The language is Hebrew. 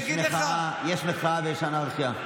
יש מחאה ויש אנרכיה.